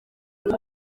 ese